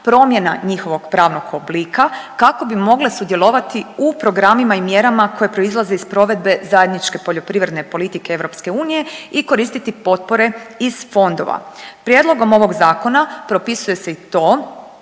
promjena njihovog pravnog oblika kako bi mogle sudjelovati u programima i mjerama koje proizlaze iz provedbe zajedničke poljoprivredne politike EU i koristiti potpore iz fondova. Prijedlogom ovog Zakona propisuje se i to